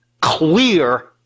clear